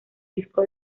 disco